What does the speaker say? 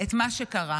את מה שקרה.